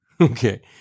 Okay